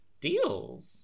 Deals